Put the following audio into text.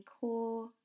core